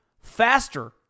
faster